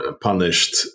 punished